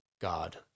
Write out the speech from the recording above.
god